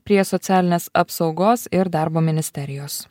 prie socialinės apsaugos ir darbo ministerijos